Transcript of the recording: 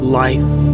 life